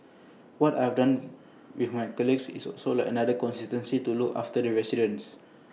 what I've done with my colleagues is also like another constituency to look after the residents